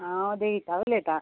हांव देविता उलयतां